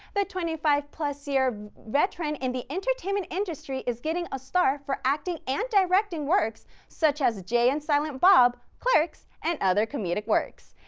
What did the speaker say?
the twenty five plus year veteran in the entertainment industry is getting a star for acting and directing works such as jay and silent bob, clerks and other comedic works.